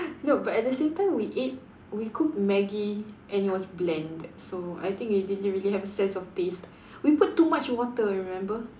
no but at the same time we ate we cooked Maggi and it was bland so I think we didn't really have a sense of taste we put too much water remember